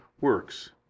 works